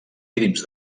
crims